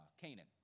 Canaan